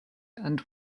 and